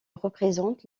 représente